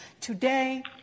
Today